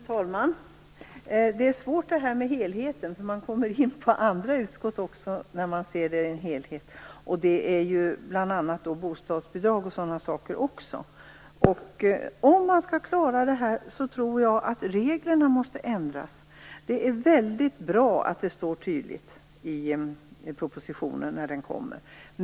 Fru talman! Det är svårt det här med helheten. Man kommer in på andra utskotts områden när man ser det i en helhet. Det gäller bl.a. bostadsbidrag och sådana saker. Om man skall klara av detta tror jag att reglerna måste ändras. Det är väldigt bra att det står tydligt i propositionen när den kommer.